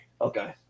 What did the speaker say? Okay